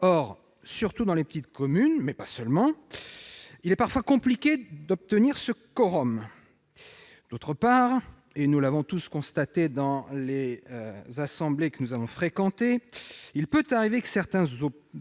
Or, surtout dans les petites communes, mais pas seulement, il est parfois compliqué d'obtenir ce quorum. Par ailleurs- nous l'avons tous constaté dans les assemblées que nous avons fréquentées -, il peut arriver que certains